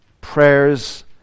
prayers